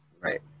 Right